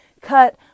cut